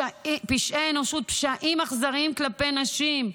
פשעי אנושות, פשעים אכזריים כלפי נשים,